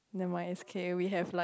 never mind it's okay we have like